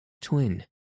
Twin